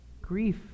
Grief